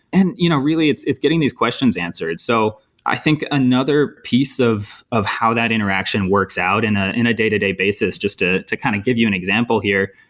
and you know really, it's it's getting these questions answered. so i think another piece of of how that interaction works out in ah in a day-to-day basis just to to kind of give you an example here.